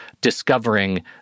discovering